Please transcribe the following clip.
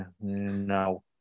No